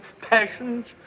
passions